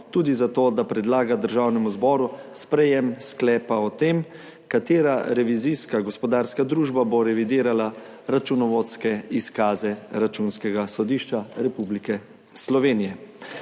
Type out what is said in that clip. tudi za to, da predlaga Državnemu zboru sprejetje sklepa o tem, katera revizijska gospodarska družba bo revidirala računovodske izkaze Računskega sodišča Republike Slovenije.